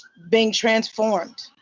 being transformed.